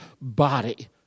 body